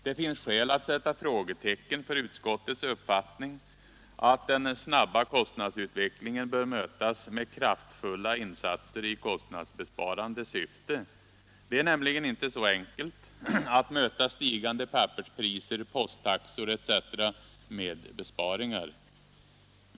Det finns skäl att sätta frågetecken för utskottets uppfattning att den snabba kostnadsutvecklingen bör mötas med kraftfulla insatser i kostnadsbesparande syfte. Det är nämligen inte så enkelt att möta stigande papperspriser, posttaxor etc. med besparingar.